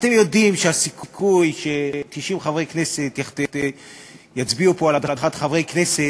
אתם יודעים שהסיכוי ש-90 חברי כנסת יצביעו פה על הדחת חבר כנסת